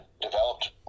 developed